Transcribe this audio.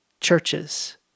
churches